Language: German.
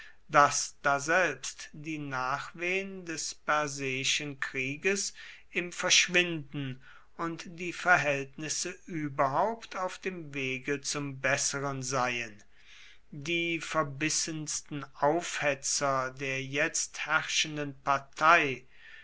daß daselbst die nachwehen des perseischen krieges im verschwinden und die verhältnisse überhaupt auf dem wege zum besseren seien die verbissensten aufhetzer der jetzt herrschenden partei